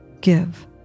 Give